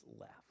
left